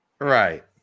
Right